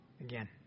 Again